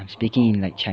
speaking in like chi~